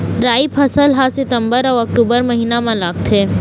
राई फसल हा सितंबर अऊ अक्टूबर महीना मा लगथे